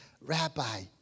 Rabbi